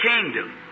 kingdom